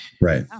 Right